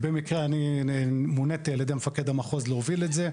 במקרה אני מוניתי על ידי מפקד המחוז להוביל את זה,